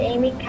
Amy